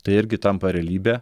tai irgi tampa realybe